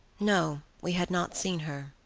no, we had not seen her.